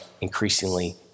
increasingly